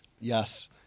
Yes